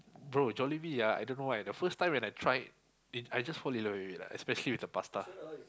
bro Jollibee ah I don't know why the first time when I tried I just fall in love with it lah especially with the pasta